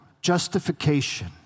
justification